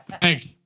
Thanks